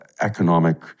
economic